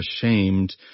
ashamed